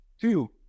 two